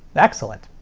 excellent.